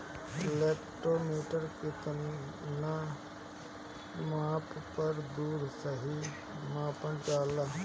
Lactometer के कितना माप पर दुध सही मानन जाला?